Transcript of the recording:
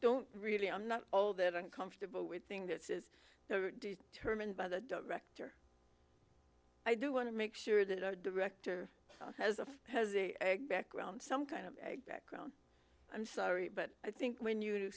don't really i'm not all that uncomfortable with thing this is the term and by the director i do want to make sure that our director has a has a background some kind of background i'm sorry but i think when you